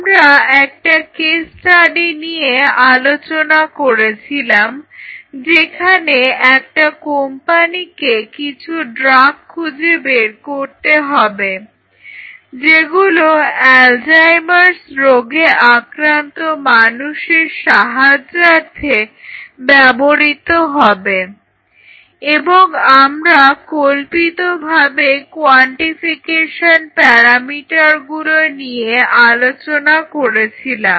আমরা একটা case study নিয়ে আলোচনা করছিলাম যেখানে একটা কোম্পানিকে কিছু ড্রাগ খুঁজে বের করতে হবে যেগুলো অ্যালজাইমার্স Alzheimers রোগে আক্রান্ত মানুষের সাহায্যার্থে ব্যবহৃত হবে এবং আমরা কল্পিতভাবে কোয়ান্টিফিকেশন প্যারামিটারগুলো নিয়ে আলোচনা করেছিলাম